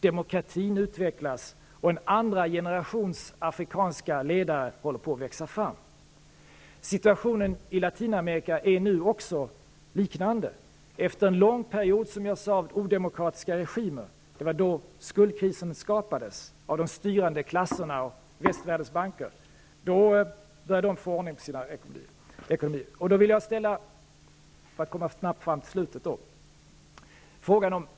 Demokratin utvecklas, och en andra generations afrikanska ledare håller på att växa fram. I Latinamerika är det nu också en liknande situation. Efter en lång period, som jag sade, av odemokratiska regimer i dessa länder -- då skuldkrisen skapades av de styrande klasserna och västvärldens banker -- började de få ordning på sina ekonomier.